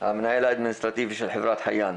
המנהל אדמיניסטרטיבי של חברת חייאן.